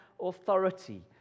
authority